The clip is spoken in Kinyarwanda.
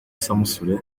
samusure